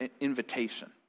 invitation